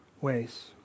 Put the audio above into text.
ways